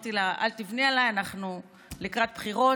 אמרתי לה: אל תבני עליי, אנחנו לקראת בחירות,